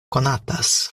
konatas